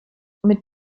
mit